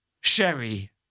Sherry